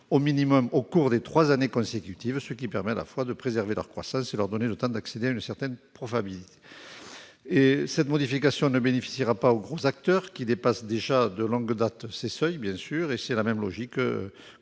au minimum au cours des trois années consécutives, ce qui permettrait à la fois de préserver leur croissance et de leur donner le temps d'accéder à une certaine profitabilité. Bien sûr, cette modification ne bénéficierait pas aux gros acteurs, qui dépassent déjà de longue date ces seuils. C'est la même logique qui